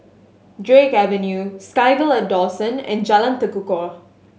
Drake Avenue SkyVille at Dawson and Jalan Tekukor